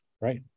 right